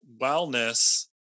wellness